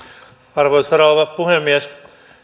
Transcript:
arvoisa rouva puhemies